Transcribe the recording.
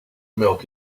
milk